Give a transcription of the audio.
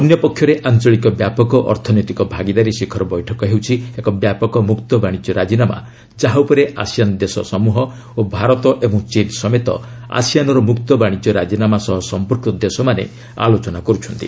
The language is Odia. ଅନ୍ୟପକ୍ଷରେ ଆଞ୍ଚଳିକ ବ୍ୟାପକ ଅର୍ଥନୈତିକ ଭାଗିଦାରୀ ଶିଖର ବୈଠକ ହେଉଛି ଏକ ବ୍ୟାପକ ମୁକ୍ତ ବାଶିଜ୍ୟ ରାଜିନାମା ଯାହାଉପରେ ଆସିଆନ୍ ଦେଶସମ୍ବହ ଓ ଭାରତ ଏବଂ ଚୀନ୍ ସମେତ ଆସିଆନ୍ର ମ୍ରକ୍ତ ବାଣିଜ୍ୟ ରାଜିନାମା ସହ ସମ୍ପୁକ୍ତ ଦେଶମାନେ ଆଲୋଚନା କରୁଛନ୍ତି